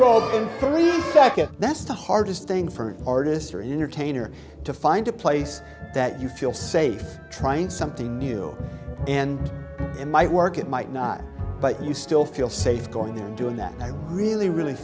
and that's the hardest thing for an artist or entertainer to find a place that you feel safe trying something new and it might work it might not but you still feel safe going there and doing that i really really